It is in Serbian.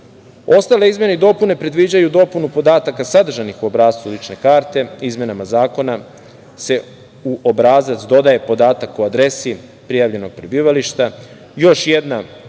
dinara. Ostale izmene i dopune predviđaju dopunu podataka sadržanih u obrascu lične karte. Izmenama zakona se u obrazac dodaje podatak o adresi prijavljenog prebivališta. Još jedna važna